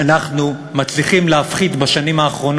כלומר, מרצ, אתם מפריעים לי מאז שהתחלתי לדבר.